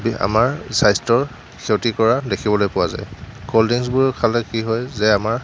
আমাৰ স্বাস্থ্যৰ ক্ষতি কৰা দেখিবলৈ পোৱা যায় ক'ল্ডড্ৰিংক্সবোৰ খালে কি হয় যে আমাৰ